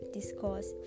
Discourse